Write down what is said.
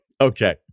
okay